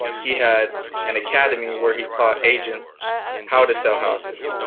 he had an academy where he taught agents how to sell houses.